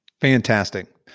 Fantastic